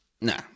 No